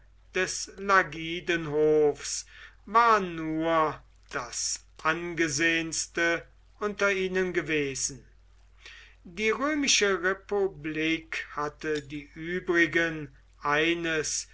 des lagidenhofs war nur das angesehenste unter ihnen gewesen die römische republik hatte die übrigen eines